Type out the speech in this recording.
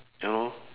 ya lor